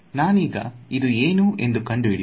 ನಾನೀಗ ಇದು ಏನು ಎಂದು ಕಂಡು ಹಿಡಿಯುವ